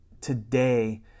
today